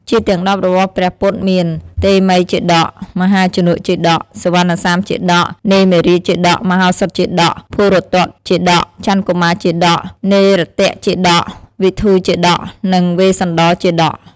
ជាតិទាំង១០របស់ព្រះពុទ្ធមាន៖ តេមិយជាតក, មហាជនកជាតក, សុវណ្ណសាមជាតក, នេមិរាជជាតក, មហោសថជាតក, ភូរិទត្តជាតក, ចន្ទកុមារជាតក, នារទជាតក, វិធូរជាតក និងវេស្សន្តរជាតក។